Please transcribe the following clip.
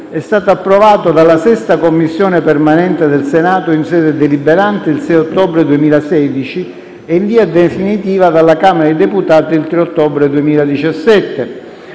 è stato approvato dalla 6a Commissione permanente del Senato in sede deliberante il 6 ottobre 2016 e, in via definitiva, dalla Camera dei deputati il 3 ottobre 2017.